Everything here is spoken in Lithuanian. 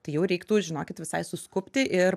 tai jau reiktų žinokit visai suskubti ir